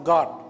God